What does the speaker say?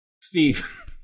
Steve